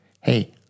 hey